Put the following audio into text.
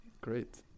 great